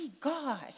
God